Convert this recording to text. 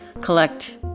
collect